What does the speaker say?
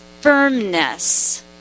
firmness